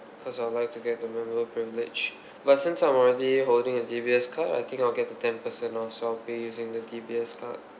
cause I would like to get the member privilege but since I'm already holding a D_B_S card I think I'll get the ten per cent off so I'll be using the D_B_S card